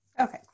Okay